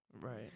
Right